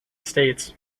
states